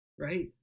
right